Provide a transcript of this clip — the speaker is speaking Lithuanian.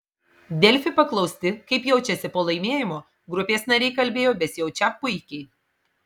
delfi paklausti kaip jaučiasi po laimėjimo grupės nariai kalbėjo besijaučią puikiai